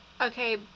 Okay